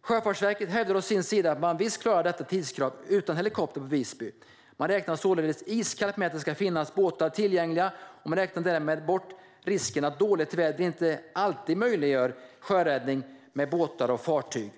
Sjöfartsverket hävdar å sin sida att man visst klarar detta tidskrav utan helikopter i Visby. Man räknar således iskallt med att det ska finnas båtar tillgängliga. Man räknar därmed bort risken att dåligt väder inte alltid möjliggör sjöräddning med båtar och fartyg.